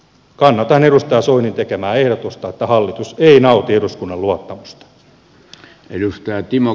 kannatan edustaja soinin tekemää ehdotusta että hallitus ei nauti eduskunnan luottamusta